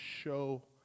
show